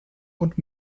und